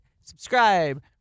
subscribe